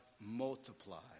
multiplied